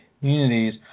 communities